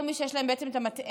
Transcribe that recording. כל מי שיש להם בעצם את המטען,